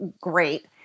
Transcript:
great